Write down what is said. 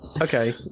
okay